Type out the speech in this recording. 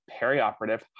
perioperative